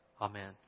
Amen